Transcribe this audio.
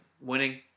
winning